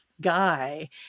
guy